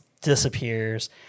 disappears